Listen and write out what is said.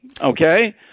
Okay